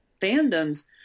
fandoms